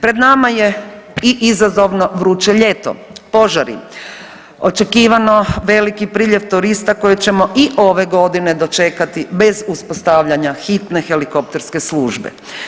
Pred nama je i izazovno vruće ljeto, požari, očekivano veliki priljev turista koje ćemo i ove godine dočekati bez uspostavljanja hitne helikopterske službe.